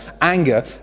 Anger